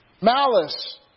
malice